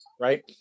right